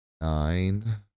Nine